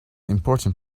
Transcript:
important